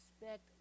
respect